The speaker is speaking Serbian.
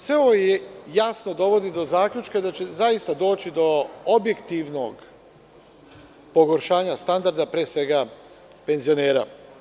Sve ovo jasno dovodi do zaključka da će zaista doći do objektivnog pogoršanja standarda pre svega penzionera.